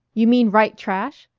you mean write trash?